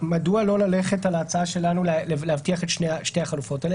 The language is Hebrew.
מדוע לא ללכת לפי ההצעה שלנו להבטיח את שתי החלופות האלה?